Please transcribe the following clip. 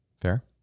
Fair